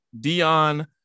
Dion